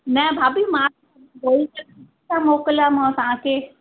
न भाभी मां धोई करे मोकिलियोमांव तव्हांखे